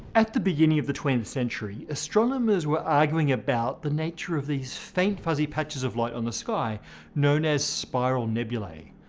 at the beginning of the twentieth century, astronomers were arguing about the nature of these faint, fuzzy patches of light on the sky known as spiral nebulae.